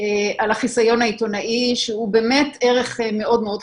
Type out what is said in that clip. על החיסיון העיתונאי שהוא באמת ערך מאוד מאוד חשוב.